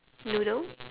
noodle